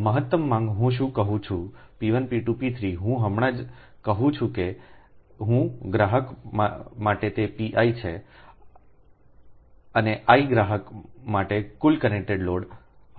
તેથી મહત્તમ માંગહું શું કહું છુંP1 P2 P3 હું હમણાં જ કહું છું કે હું ગ્રાહક માટે તે Pi છેઅને iગ્રાહક માટેકુલ કનેક્ટેડ લોડ